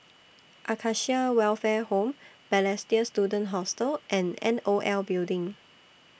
Acacia Welfare Home Balestier Student Hostel and N O L Building